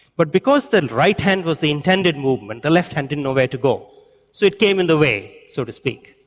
but because the right hand was the intended movement the left hand didn't know where to go so it came in the way sort of so